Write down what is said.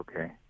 okay